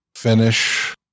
finish